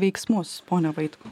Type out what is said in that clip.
veiksmus pone vaitkau